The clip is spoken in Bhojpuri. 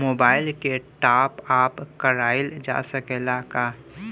मोबाइल के टाप आप कराइल जा सकेला का?